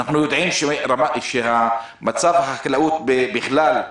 אנחנו יודעים שמצב החקלאות בכלל,